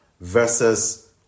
versus